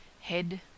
Head